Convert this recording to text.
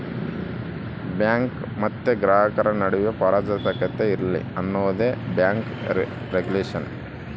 bank ಮತ್ತೆ ಗ್ರಾಹಕರ ನಡುವೆ ಪಾರದರ್ಶಕತೆ ಇರ್ಲಿ ಅನ್ನೋದೇ ಬ್ಯಾಂಕ್ ರಿಗುಲೇಷನ್